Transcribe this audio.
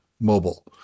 mobile